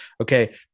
Okay